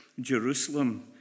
Jerusalem